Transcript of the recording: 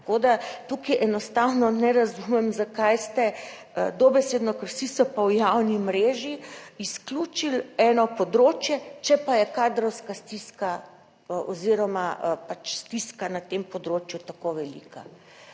Tako da tukaj enostavno ne razumem zakaj ste dobesedno, ker vsi so pa v javni mreži izključili eno področje, če pa je kadrovska stiska oziroma pač stiska na tem področju tako velika.